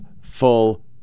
full